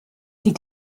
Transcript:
die